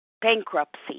bankruptcy